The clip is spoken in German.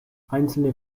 einzelne